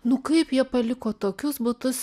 nu kaip jie paliko tokius butus